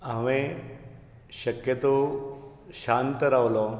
हांवे शक्य तो शांत रावलो